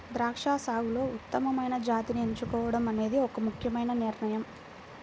ద్రాక్ష సాగులో ఉత్తమమైన జాతిని ఎంచుకోవడం అనేది ఒక ముఖ్యమైన నిర్ణయం